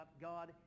God